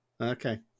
Okay